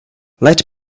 let